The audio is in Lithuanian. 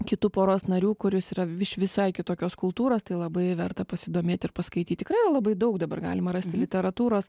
kitų poros narių kuris yra iš visai kitokios kultūros tai labai verta pasidomėt ir paskaityti tikrai yra labai daug dabar galima rasti literatūros